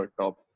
top